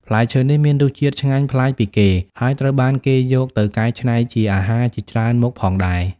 ផ្លែឈើនេះមានរសជាតិឆ្ងាញ់ប្លែកពីគេ ហើយត្រូវបានគេយកទៅកែច្នៃជាអាហារជាច្រើនមុខផងដែរ។